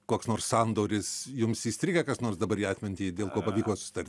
koks nors sandoris jums įstrigę kas nors dabar į atmintį dėl ko pavyko susitart